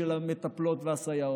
למה לא לקרוא להן עכשיו?